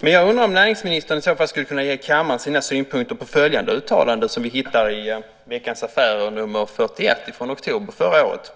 Jag undrar om näringsministern skulle kunna meddela kammaren sina synpunkter på följande uttalande som man hittar i Veckans Affärer, nr 41 från oktober i förra året.